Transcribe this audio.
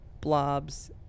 blobs